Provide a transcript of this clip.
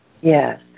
Yes